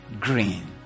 green